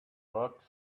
rocks